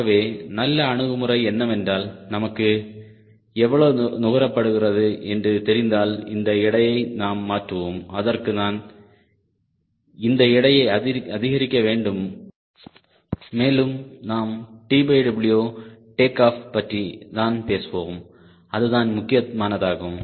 ஆகவே நல்ல அணுகுமுறை என்னவென்றால் நமக்கு எவ்வளவு நுகரப்படுகிறது என்று தெரிந்தால் இந்த எடையை நாம் மாற்றுவோம் அதற்கு நான் இந்த எடையை அதிகரிக்க வேண்டும் மேலும் நாம் TW டேக் ஆஃப் பற்றி தான் பேசுவோம் அதுதான் முக்கியமானதாகும்